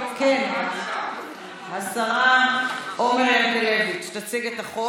השרה עומר ינקלביץ' תציג את החוק.